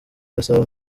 gasabo